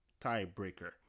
tiebreaker